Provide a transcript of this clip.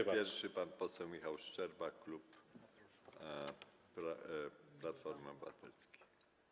Jako pierwszy pan poseł Michał Szczerba, klub Platformy Obywatelskiej.